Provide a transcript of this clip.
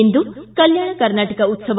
ಇಂದು ಕಲ್ಟಾಣ ಕರ್ನಾಟಕ ಉತ್ಸವ